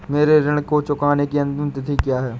मेरे ऋण को चुकाने की अंतिम तिथि क्या है?